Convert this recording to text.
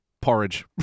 porridge